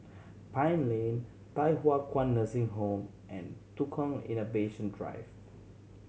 Pine Lane Thye Hua Kwan Nursing Home and Tukang Innovation Drive